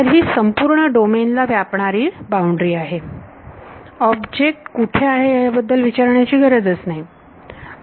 तर ही संपूर्ण डोमेन ला व्यापणारी बाउंड्री आहे ऑब्जेक्ट कुठे आहे याबद्दल विचारण्याची गरज नाही